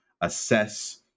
assess